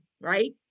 right